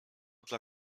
dla